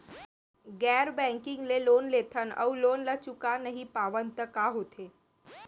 गैर बैंकिंग ले लोन लेथन अऊ लोन ल चुका नहीं पावन त का होथे?